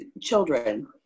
children